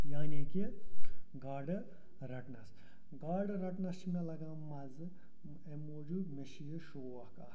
یعنی کہِ گاڈٕ رَٹنَس گاڈٕ رَٹنَس چھِ مےٚ لَگان مَزٕ اَمہِ موٗجوٗب مےٚ چھِ یہِ شوق اَکھ